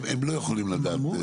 הם לא יכולים לדעת.